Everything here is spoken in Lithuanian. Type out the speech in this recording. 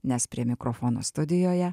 nes prie mikrofono studijoje